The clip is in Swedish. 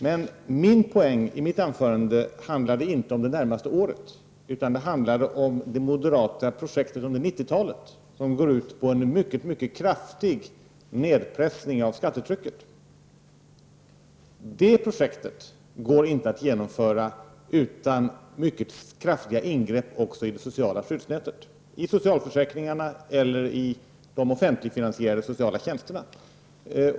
Poängen i mitt anförande handlade inte om det närmaste året, utan den gällde det moderata projektet under 90-talet som går ut på en mycket kraftig nedpressning av skattetrycket. Detta projekt går inte att genomföra utan mycket kraftiga ingrepp också i det sociala skyddsnätet, dvs. i socialförsäkringarna eller i de offentligfinansierade sociala tjänsterna.